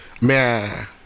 Man